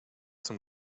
zum